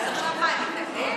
אז עכשיו מה, הם מתנגדים?